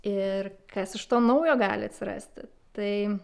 ir kas iš to naujo gali atsirasti taip